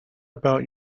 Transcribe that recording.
about